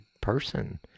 person